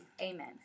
Amen